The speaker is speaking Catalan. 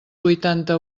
huitanta